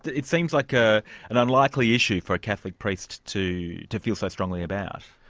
it seems like ah an unlikely issue for a catholic priest to to feel so strongly about.